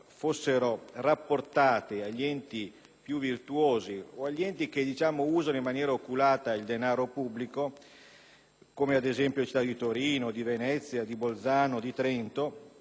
fossero rapportate agli enti più virtuosi o a quelli che usano in maniera oculata il denaro pubblico, come ad esempio le città di Torino, di Venezia, di Bolzano o di Trento,